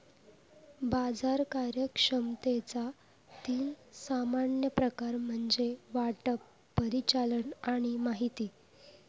बाजार कार्यक्षमतेचा तीन सामान्य प्रकार म्हणजे वाटप, परिचालन आणि माहिती